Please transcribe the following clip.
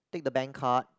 take the bank card